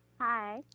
Hi